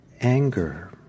anger